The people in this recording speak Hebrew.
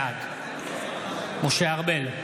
בעד משה ארבל,